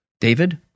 David